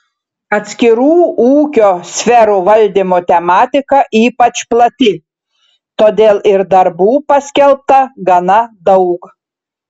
atskirų ūkio sferų valdymo tematika ypač plati todėl ir darbų paskelbta gana daug